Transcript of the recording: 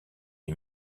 est